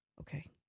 Okay